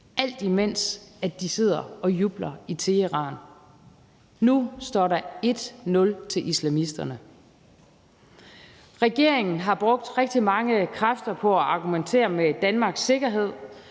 alt imens de sidder og jubler i Teheran. Nu står det 1-0 til islamisterne. Regeringen har brugt rigtig mange kræfter på at argumentere med Danmarks sikkerhed,